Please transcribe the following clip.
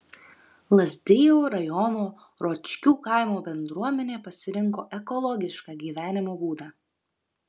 lazdijų rajono ročkių kaimo bendruomenė pasirinko ekologišką gyvenimo būdą